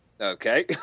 Okay